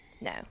No